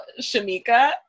Shamika